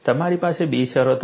તમારી પાસે બે શરતો છે